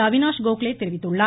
அவினாஷ் கோகலே தெரிவித்துள்ளார்